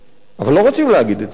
אבל לא רוצים להגיד את זה,